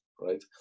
right